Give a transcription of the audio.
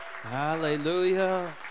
Hallelujah